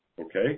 Okay